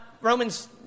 Romans